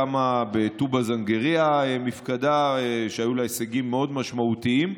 קמה בטובא-זנגרייה מפקדה שהיו לה הישגים מאוד משמעותיים.